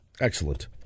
Excellent